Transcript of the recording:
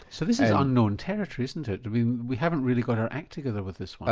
so this is unknown territory, isn't it? i mean we haven't really got our act together with this one.